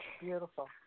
beautiful